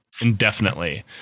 Indefinitely